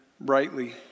brightly